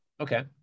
okay